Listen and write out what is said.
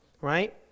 right